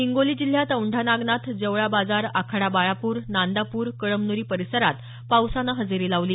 हिंगोली जिल्ह्यात औंढा नागनाथ जवळा बाजार आखाडा बाळापूर नांदापूर कळमनुरी परिसरात पावसानं हजेरी लावली